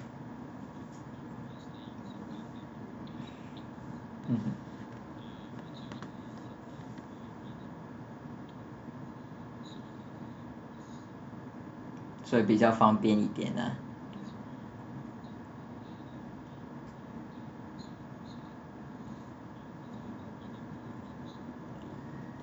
mmhmm 所以比较方便一点 lah